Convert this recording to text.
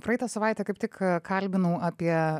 praeitą savaitę kaip tik kalbinau apie